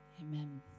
Amen